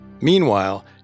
Meanwhile